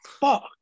fuck